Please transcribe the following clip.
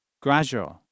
gradual